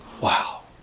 Wow